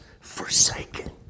forsaken